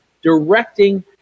directing